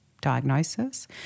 diagnosis